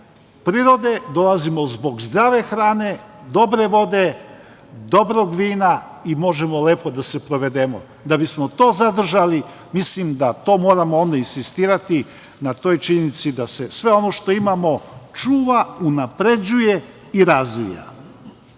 prirode, dolazimo zbog zdrave hrane, dobre vode, dobrog vina i možemo lepo da se provedemo. Da bismo to zadržali, mislim da to moramo onda insistirati na toj činjenici da se sve ono što imamo čuva, unapređuje i razvija.U